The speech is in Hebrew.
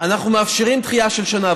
אנחנו מאפשרים דחייה של שנה,